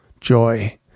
joy